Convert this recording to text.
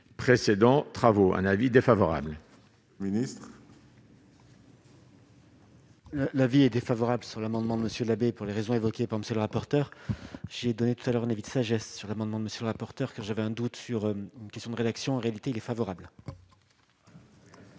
précédents travaux un avis défavorable. Ministre. L'avis est défavorable sur l'amendement de monsieur l'abbé pour les raisons évoquées par monsieur le rapporteur, j'ai donné tout à l'heure, un avis de sagesse sur l'amendement de monsieur le rapporteur, que j'avais un doute sur une question de rédaction en réalité il est favorable.